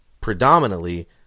predominantly